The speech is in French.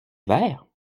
vert